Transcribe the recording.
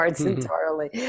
entirely